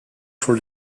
for